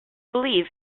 believe